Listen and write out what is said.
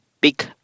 big